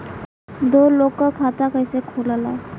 दो लोगक खाता कइसे खुल्ला?